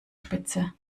spitze